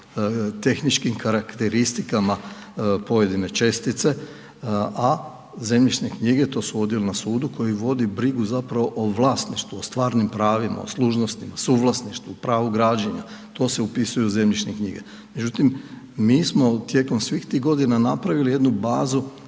tehničkim karakteristikama pojedine čestice a zemljišne knjige, to su odjeli na sudu koji vodi brigu zapravo o vlasništvu, o stvarnim pravim, o služnostima, suvlasništvu, o pravu građenja, to se upisuje u zemljišne knjige, međutim, mi smo tijekom svih tih godina napravili jednu bazu